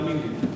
תאמין לי.